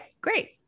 great